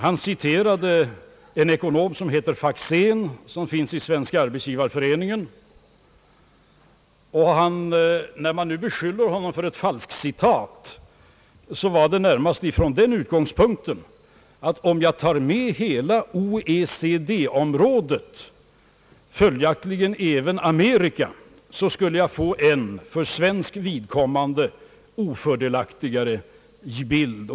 Han citerade en ekonom i Svenska Arbetsgivareföreningen som heter Faxén. När man nu beskyller herr Wickman för falskcitat, gör man det närmast från den utgångspunkten att man, om man betraktar hela OECD-området, följaktligen även Förenta staterna, skulle få en för svenskt vidkommande ofördelaktigare bild.